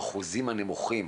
האחוזים הנמוכים,